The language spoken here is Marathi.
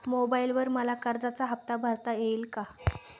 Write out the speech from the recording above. मोबाइलवर मला कर्जाचा हफ्ता भरता येईल का?